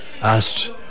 asked